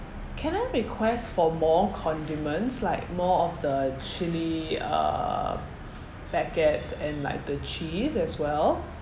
can I request for more condiments like more of the chilli uh packets and like the cheese as well